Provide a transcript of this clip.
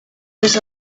was